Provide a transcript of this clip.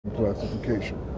classification